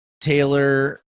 Taylor